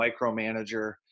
micromanager